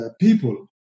people